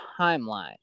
timeline